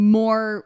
more